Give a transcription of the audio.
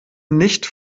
nicht